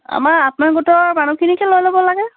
আমাৰ আত্মসহায়ক গোটৰ মানুহখিনিকে লৈ ল'ব লাগে